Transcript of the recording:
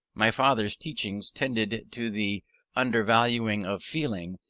my father's teachings tended to the undervaluing of feeling.